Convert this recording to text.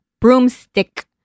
broomstick